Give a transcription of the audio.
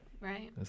Right